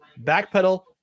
Backpedal